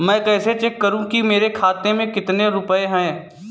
मैं कैसे चेक करूं कि मेरे खाते में कितने रुपए हैं?